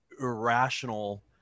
irrational